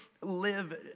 live